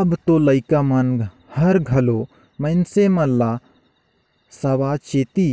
अब तो लइका मन हर घलो मइनसे मन ल सावाचेती